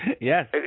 Yes